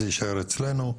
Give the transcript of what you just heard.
זה יישאר אצלנו.